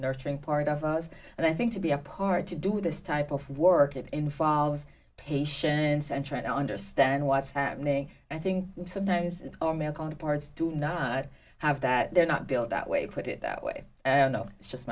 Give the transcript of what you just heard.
nurturing part of us and i think to be a part to do this type of work it involves patience and try to understand what's happening i think that is all male counterparts do not have that they're not built that way put it that way and i know it's just